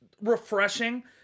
refreshing